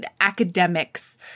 academics